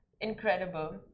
incredible